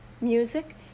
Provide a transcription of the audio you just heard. music